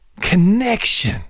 Connection